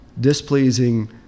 displeasing